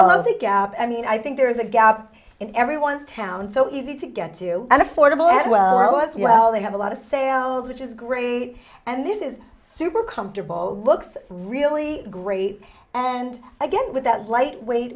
of the gap i mean i think there is a gap in everyone's town so easy to get you and affordable as well as well they have a lot of sales which is great and this is super comfortable looks really great and again with that lightweight